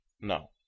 No